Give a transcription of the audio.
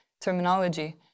terminology